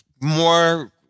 more